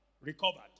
recovered